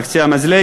על קצה המזלג,